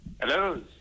Hello